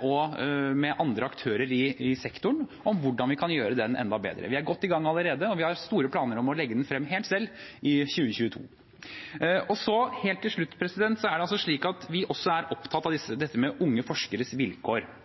og med andre aktører i sektoren hvordan vi kan gjøre den enda bedre. Vi er godt i gang allerede, og vi har store planer om å legge den frem helt selv, i 2022. Helt til slutt: Vi er også opptatt av unge forskeres vilkår. Vi